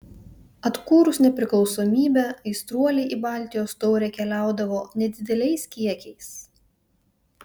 atkūrus nepriklausomybę aistruoliai į baltijos taurę keliaudavo nedideliais kiekiais